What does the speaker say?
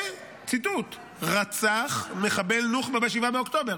ציטוט, ש"רצח מחבל נוח'בה ב-7 באוקטובר".